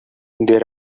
there